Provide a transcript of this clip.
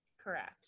Correct